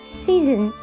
season